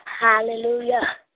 Hallelujah